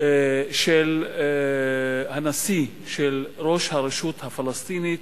של הנשיא, של ראש הרשות הפלסטינית,